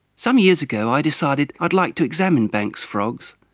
some years ago i decided i'd like to examine banks' frogs,